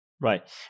Right